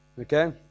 Okay